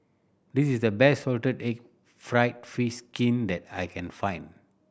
this is the best salted egg fried fish skin that I can find